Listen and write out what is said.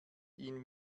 ihn